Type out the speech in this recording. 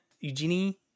Eugenie